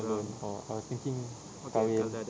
alone or err getting kahwin